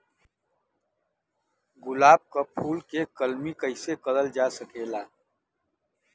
गुलाब क फूल के कलमी कैसे करल जा सकेला?